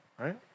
right